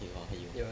eh !wah!